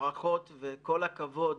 ברכות וכל הכבוד